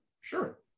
Sure